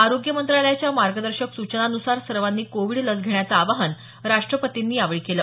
आरोग्य मंत्रालयाच्या मार्गदर्शक सूचनांनुसार सर्वांनी कोविड लस घेण्याचं आवाहन त्यांनी केलं